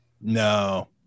No